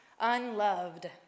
unloved